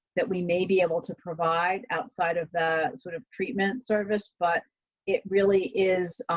that we may be able to provide outside of the sort of treatment service, but it really is.